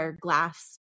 glass